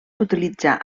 s’utilitza